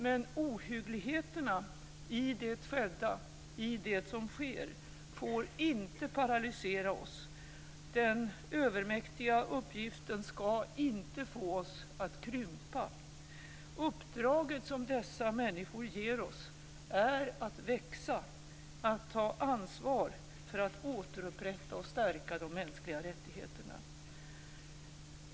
Men ohyggligheterna i det skedda, i det som sker, får inte paralysera oss. Den övermäktiga uppgiften skall inte få oss att krympa. Uppdraget som dessa människor ger oss är att växa, att ta ansvar för att återupprätta och stärka de mänskliga rättigheterna.